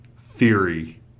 theory